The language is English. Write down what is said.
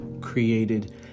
created